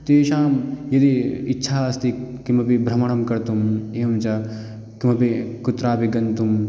तेषां यदि इच्छा अस्ति किमपि भ्रमणं कर्तुं एवञ्च किमपि कुत्रापि गन्तुम्